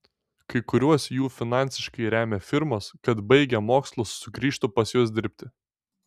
kai kuriuos jų finansiškai remia firmos kad baigę mokslus sugrįžtų pas juos dirbti